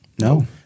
No